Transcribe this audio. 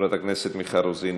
חברת הכנסת מיכל רוזין,